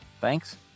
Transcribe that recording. Thanks